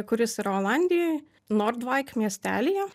kuris yra olandijoj nordvaik miestelyje